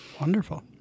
Wonderful